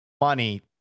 money